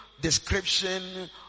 description